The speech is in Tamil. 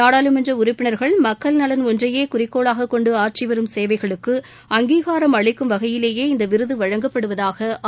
நாடாளுமன்ற உறுப்பினர்கள் மக்கள் நலன் ஒன்றையே குறிக்கோளாகக் கொண்டு ஆற்றிவரும் சேவைகளுக்கு அங்கீகாரம் அளிக்கும் வகையிலேயே இந்த விருது வழங்கப்படுவதாக ஆளுநர் கூறினார்